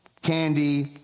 Candy